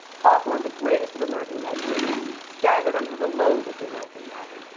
hawthorne, the greatest of american imaginations, staggered under the load of the american novel.